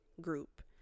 group